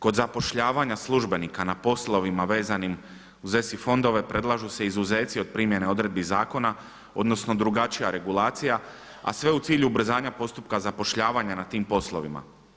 Kod zapošljavanja službenika na poslovima vezanim u ESI fondove predlažu se izuzeci od primjene odredbi zakona odnosno drugačija regulacija a sve u cilju ubrzanja postupka zapošljavanja na tim poslovima.